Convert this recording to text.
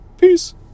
Peace